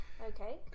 Okay